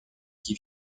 qui